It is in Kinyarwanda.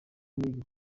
nick